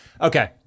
Okay